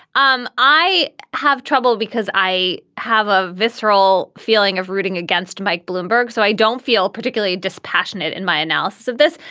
um i have trouble because i have a visceral feeling of rooting against mike bloomberg. so i don't feel particularly dispassionate in my analysis of this.